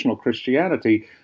Christianity